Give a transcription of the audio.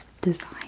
design